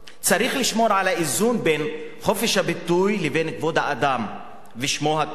צריך לשמור על האיזון בין חופש הביטוי לבין כבוד האדם ושמו הטוב